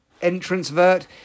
entrancevert